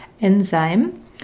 enzyme